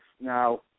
Now